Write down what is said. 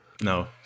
No